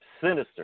Sinister